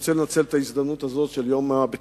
אני רוצה לנצל את ההזדמנות הזאת של היום הלאומי